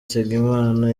nsengimana